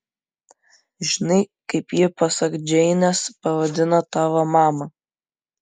žinai kaip ji pasak džeinės pavadino tavo mamą